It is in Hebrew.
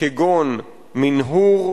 כגון מנהור,